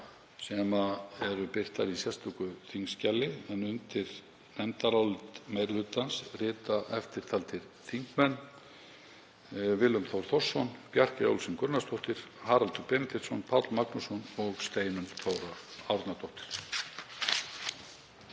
sem eru birtar í sérstöku þingskjali. Undir nefndarálit meiri hlutans rita eftirtaldir þingmenn: Willum Þór Þórsson, Bjarkey Olsen Gunnarsdóttir, Haraldur Benediktsson, Páll Magnússon og Steinunn Þóra Árnadóttir.